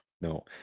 no